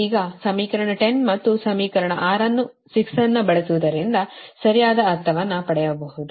ಈಗ ಸಮೀಕರಣ 10 ಮತ್ತು ಸಮೀಕರಣ 6 ಅನ್ನು ಬಳಸುವುದರಿಂದ ಸರಿಯಾದ ಅರ್ಥವನ್ನು ಪಡೆಯಬಹುದು